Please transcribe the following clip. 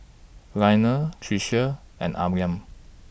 Lionel Tricia and Amil